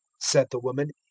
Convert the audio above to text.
said the woman,